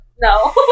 No